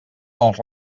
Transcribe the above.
els